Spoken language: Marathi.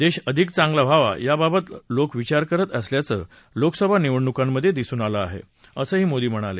देश अधिक चांगला व्हावा याबाबत लोक विचार करत असल्याचं लोकसभा निवडणुकांमधे दिसून आलं आहे असं मोदी म्हणाले